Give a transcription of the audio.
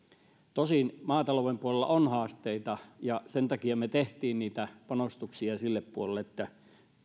tosin maatalouden puolella on haasteita ja sen takia me teimme niitä panostuksia sille puolelle että